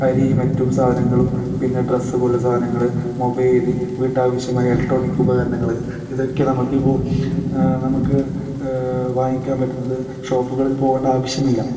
അരി മറ്റും സാധനങ്ങളും പിന്നെ ഡ്രസ്സ് പോലെയുള്ള സാധനങ്ങൾ മൊബൈൽ വീട്ടാവശ്യമായ ഇലക്ട്രോണിക് ഉപകരണങ്ങൾ ഇതൊക്കെ നമുക്കിപ്പോൾ നമുക്ക് വാങ്ങിക്കാൻ പറ്റുന്നത് ഷോപ്പുകളിൽ പോകേണ്ട ആവശ്യമില്ല